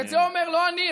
את זה אומר לא אני.